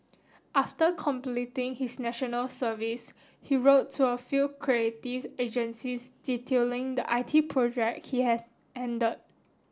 after completing his National Service he wrote to a few creative agencies detailing the I T projects he has handled